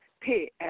pay